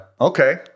okay